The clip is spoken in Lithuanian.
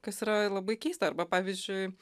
kas yra labai keista arba pavyzdžiui